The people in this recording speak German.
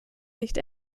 nicht